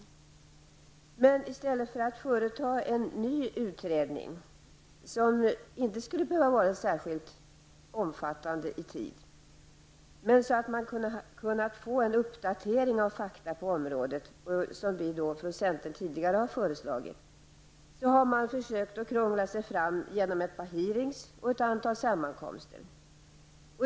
I stället för att företa en ny utredning, som inte skulle behöva vara särskilt omfattande i tid men som skulle kunna ge en uppdatering av fakta på området -- vilket vi från centern tidigare har föreslagit -- har man försökt krångla sig fram genom ett par hearings och ett antal sammankomster.